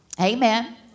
Amen